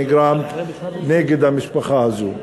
שנגרם למשפחה הזאת.